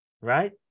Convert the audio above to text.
right